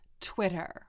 Twitter